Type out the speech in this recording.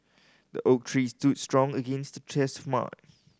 the oak tree stood strong against the